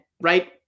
right